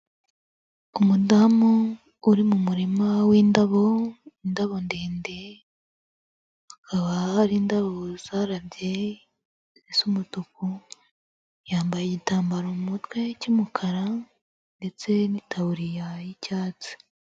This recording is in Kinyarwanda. Umudamu uri mu murima windabo, indabo ndende, hakaba hari indabo zarabye z'umutuku, yambaye igitambaro mu mutwe cy'umukara ndetse n'itawuririya y'icyatsi.